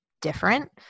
different